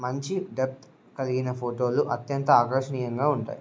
మంచి డెప్త్ కలిగిన ఫోటోలు అత్యంత ఆకర్షణీయంగా ఉంటాయి